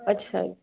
अच्छा